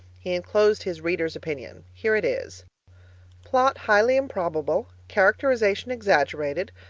he enclosed his reader's opinion. here it is plot highly improbable. characterization exaggerated.